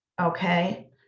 okay